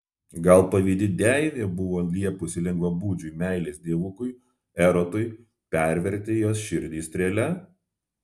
gal pavydi deivė buvo liepusi lengvabūdžiui meilės dievukui erotui perverti jos širdį strėle